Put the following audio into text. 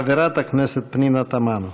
חברת הכנסת פנינה תמנו.